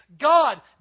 God